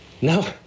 No